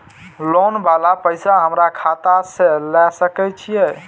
Loan वाला पैसा हमरा खाता से लाय सके छीये?